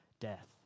death